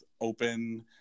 open